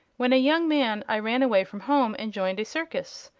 when a young man i ran away from home and joined a circus.